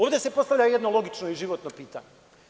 Ovde se postavlja jedno logično i životno pitanje.